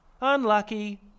Unlucky